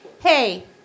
hey